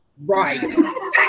Right